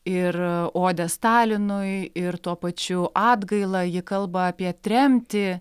ir odę stalinui ir tuo pačiu atgailą ji kalba apie tremtį